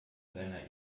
seiner